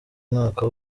mwaka